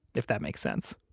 if that makes sense.